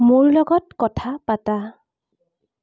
মোৰ লগত কথা পাতা